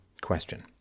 question